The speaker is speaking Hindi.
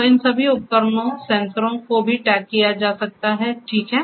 तो इन सभी उपकरणों सेंसर को भी टैग किया जा सकता है ठीक है